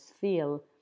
feel